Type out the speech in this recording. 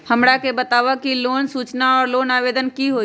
हमरा के बताव कि लोन सूचना और लोन आवेदन की होई?